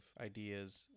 ideas